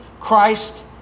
Christ